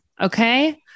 Okay